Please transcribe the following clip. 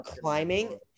climbing